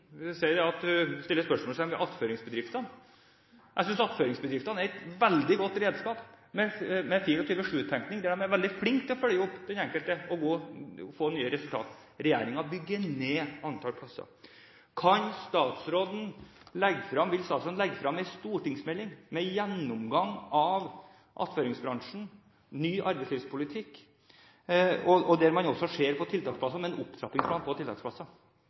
spørsmålstegn ved attføringsbedrifter. Jeg synes attføringsbedriftene er et veldig godt redskap, med «24/7-tenking» hvor de er veldig flinke til å følge opp den enkelte og få nye resultater. Regjeringen bygger ned antall plasser. Vil statsråden legge frem en stortingsmelding med gjennomgang av attføringsbransjen, ny arbeidslivspolitikk, der man også ser på tiltaksplasser og en opptrappingsplan for å få tiltaksplasser?